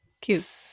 cute